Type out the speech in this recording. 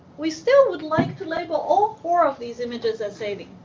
we still would like to label all four of these images as sailing.